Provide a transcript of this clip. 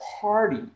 party